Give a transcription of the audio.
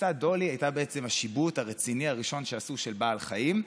הכבשה דולי הייתה בעצם השיבוט הרציני הראשון שעשו של בעל חיים,